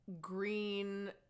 green